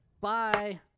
Bye